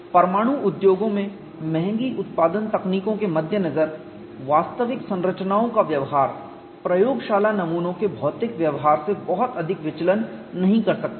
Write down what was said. परमाणु उद्योगों में महंगी उत्पादन तकनीकों के मद्देनजर वास्तविक संरचनाओं का व्यवहार प्रयोगशाला नमूनों के भौतिक व्यवहार से बहुत अधिक विचलन नहीं कर सकता है